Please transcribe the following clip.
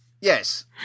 Yes